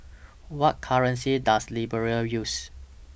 What currency Does Liberia use